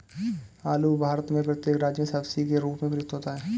आलू भारत में प्रत्येक राज्य में सब्जी के रूप में प्रयुक्त होता है